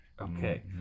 Okay